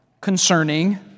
concerning